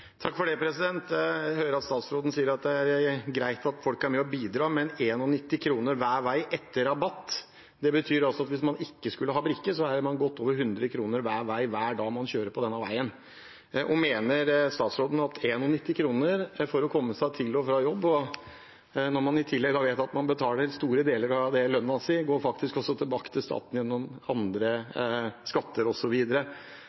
Jeg hører at statsråden sier at det er greit at folk er med og bidrar. Men 91 kr hver vei etter rabatt betyr altså at man hvis man ikke har brikke bruker godt over 100 kr hver vei hver dag man kjører på denne veien. Mener statsråden at 91 kr for å komme seg til og fra jobb, og når man i tillegg vet at store deler av lønna faktisk også går tilbake til staten gjennom andre